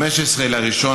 15 בינואר,